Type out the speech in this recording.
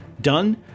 done